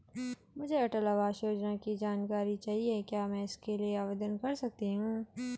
मुझे अटल आवास योजना की जानकारी चाहिए क्या मैं इसके लिए आवेदन कर सकती हूँ?